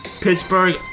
Pittsburgh